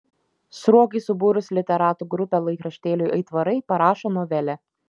sruogai subūrus literatų grupę laikraštėliui aitvarai parašo novelę